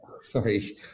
sorry